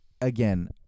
again